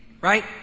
right